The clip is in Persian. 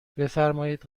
بفرمایید